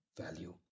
value